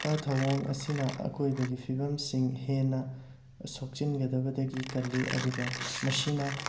ꯊꯧꯋꯣꯡ ꯑꯁꯤꯅ ꯑꯀꯣꯏꯕꯒꯤ ꯐꯤꯕꯝꯁꯤꯡ ꯍꯦꯟꯅ ꯁꯣꯛꯆꯤꯟꯒꯗꯕꯗꯒꯤ ꯀꯜꯂꯤ ꯑꯗꯨꯒ ꯃꯁꯤꯅ